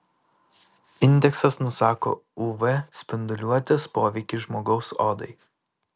indeksas nusako uv spinduliuotės poveikį žmogaus odai